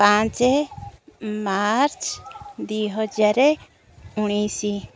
ପାଞ୍ଚେ ମାର୍ଚ୍ଚ ଦୁଇ ହଜାର ଉଣେଇଶି